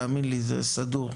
תאמין לי זה סדור,